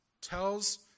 tells